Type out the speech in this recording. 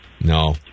No